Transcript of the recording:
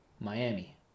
Miami